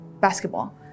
basketball